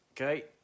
okay